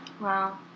Wow